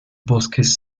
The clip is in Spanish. bosques